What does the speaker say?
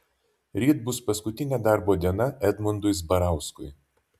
ryt bus paskutinė darbo diena edmundui zbarauskui